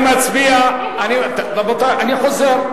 חוזר,